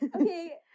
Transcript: Okay